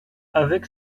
avec